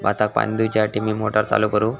भाताक पाणी दिवच्यासाठी मी मोटर चालू करू?